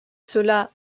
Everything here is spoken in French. cela